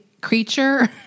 creature